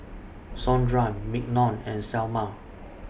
Sondra Mignon and Selma